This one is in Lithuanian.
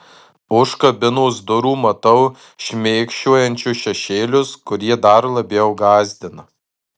už kabinos durų matau šmėkščiojančius šešėlius kurie dar labiau gąsdina